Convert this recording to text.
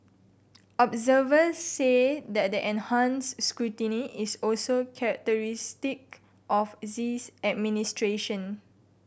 observers say that the enhanced scrutiny is also characteristic of Xi's administration